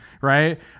right